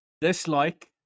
dislike